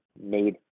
made